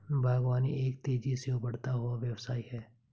बागवानी एक तेज़ी से उभरता हुआ व्यवसाय है